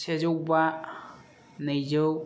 सेजौ बा नैजौ